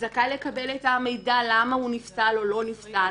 שזכאי לקבל את המידע על למה הוא נפסל או לא נפסל,